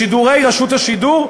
בשידורי רשות השידור,